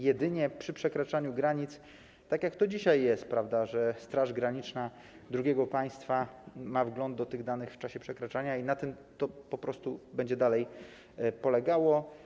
Jedynie przy przekraczaniu granic, tak jak to dzisiaj jest, straż graniczna drugiego państwa ma wgląd do tych danych w czasie przekraczania i na tym to będzie dalej polegało.